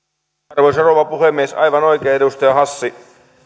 arvoisa rouva puhemies aivan oikein edustaja hassi